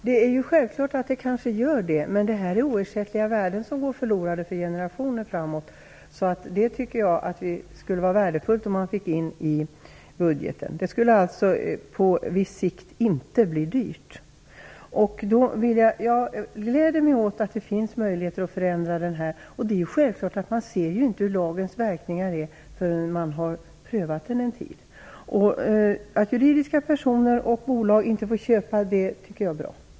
Herr talman! Det är självklart, men här är det fråga om oersättliga värden, som går förlorade för generationer framåt. Jag tycker att det skulle vara värdefullt om man fick in det i budgeten. Det skulle på viss sikt inte bli dyrt. Jag gläder mig åt att det finns möjligheter att förändra lagen. Det är självklart att man inte ser lagens verkningar förrän man har prövat den en tid. Det är bra att juridiska personer och bolag inte får köpa.